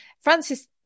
Francis